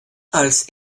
als